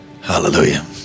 Hallelujah